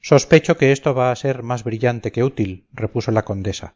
sospecho que esto va a ser más brillante que útil repuso la condesa